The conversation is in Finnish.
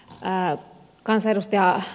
hyvät edustajat